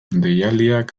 deialdiak